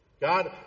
God